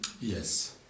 Yes